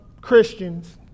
Christians